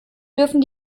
dürfen